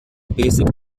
basic